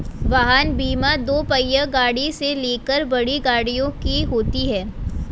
वाहन बीमा दोपहिया गाड़ी से लेकर बड़ी गाड़ियों की होती है